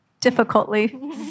difficultly